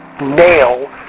nail